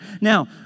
Now